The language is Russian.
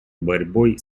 борьбой